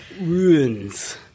Ruins